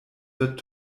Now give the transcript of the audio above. wird